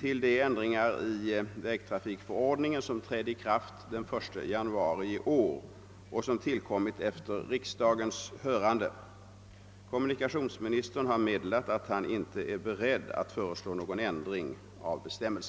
till de ändringar i vägtrafikförordningen som trädde i kraft den 1 januari i år och som tillkommit efter riksdagens hörande. Jag är inte beredd att föreslå någon ändring av bestämmelsen.